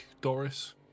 Doris